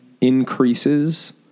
increases